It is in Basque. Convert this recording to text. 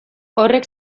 horrek